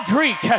Greek